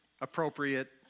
appropriate